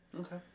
Okay